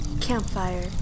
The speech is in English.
Campfire